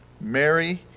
Mary